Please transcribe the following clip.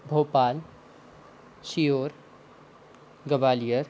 Bhopal Sehore Gwalior